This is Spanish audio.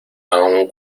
aun